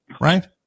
Right